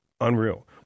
Unreal